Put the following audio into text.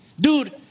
Dude